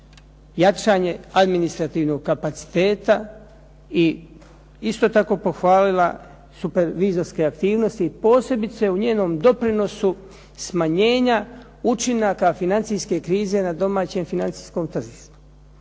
jačanje administrativnog kapaciteta i isto tako pohvalila supervizorske aktivnosti posebice u njenom doprinosu smanjenja učinaka financijske krize na domaćem financijskom tržištu.